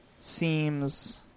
Seems